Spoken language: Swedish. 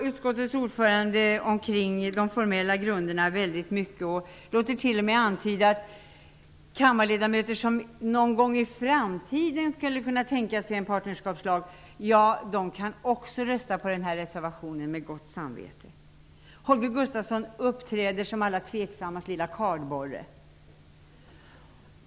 Utskottets ordförande uppehåller sig mycket kring de formella grunderna och låter t.o.m. antyda att kammarledamöter som någon gång i framtiden skulle kunna tänka sig en partnerskapslag med gott samvete kan rösta på reservationen. Holger Gustafsson uppträder som alla tveksammas lilla kardborre.